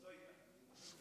סויקה.